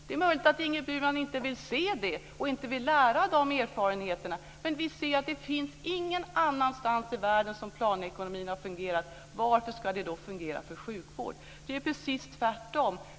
Det är möjligt att Ingrid Burman inte vill se det och inte vill lära av de erfarenheterna, men vi ser att planekonomi inte har fungerat någonstans i världen. Varför ska det då fungera för sjukvård? Det är precis tvärtom.